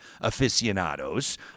aficionados